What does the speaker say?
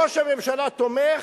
ראש הממשלה תומך,